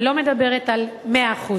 לא מדברת על 100%,